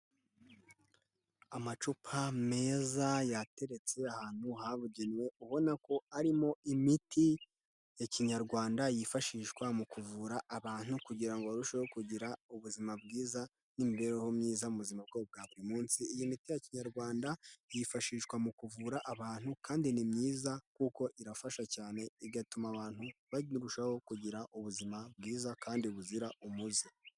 Amacupa meza yateretse ahantu habugenewe ubona ko arimo imiti ya kinyarwanda, yifashishwa mu kuvura abantu kugirango ngo barusheho kugira ubuzima bwiza, n'imibereho myiza muzima bwa bwa buri munsi, iyi miti ya kinyarwanda yifashishwa mu kuvura abantu kandi ni myiza kuko irafasha cyane, igatuma abantu barushaho kugira ubuzima bwiza kandi buzira umuze.